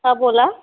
हं बोला